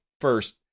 first